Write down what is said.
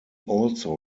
also